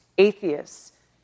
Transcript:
Atheists